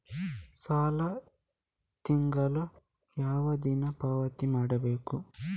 ಸಾಲ ತಿಂಗಳ ಯಾವ ದಿನ ಪಾವತಿ ಮಾಡಬೇಕು?